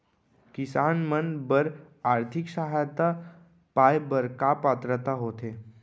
किसान मन बर आर्थिक सहायता पाय बर का पात्रता होथे?